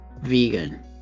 vegan